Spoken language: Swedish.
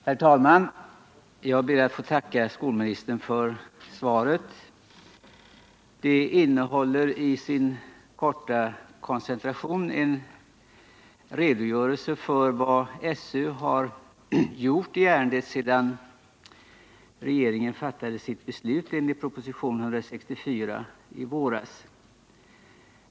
Herr talman! Jag ber att få tacka skolministern för svaret på min fråga. Det innehåller i sin korta koncentration en redogörelse för vad SÖ har gjort i ärendet sedan regeringen fattade sitt beslut med anledning av propositionen 1977/78:164.